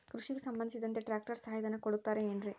ಕೃಷಿಗೆ ಸಂಬಂಧಿಸಿದಂತೆ ಟ್ರ್ಯಾಕ್ಟರ್ ಸಹಾಯಧನ ಕೊಡುತ್ತಾರೆ ಏನ್ರಿ?